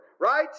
right